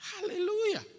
Hallelujah